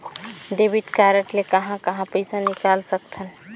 Debit card ले कहां कहां पइसा निकाल सकथन?